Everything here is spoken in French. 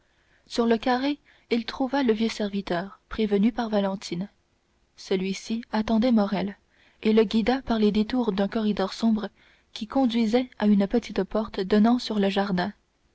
sur le carré il trouva le vieux serviteur prévenu par valentine celui-ci attendait morrel et le guida par les détours d'un corridor sombre qui conduisait à une petite porte donnant sur le jardin